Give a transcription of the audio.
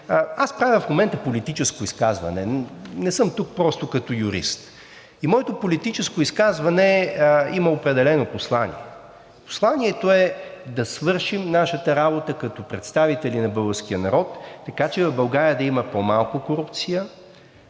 правя политическо изказване. Не съм тук просто като юрист. Моето политическо изказване има определено послание. Посланието е да свършим нашата работа като представители на българския народ, така че в България да има по-малко корупция